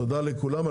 תודה לכולם.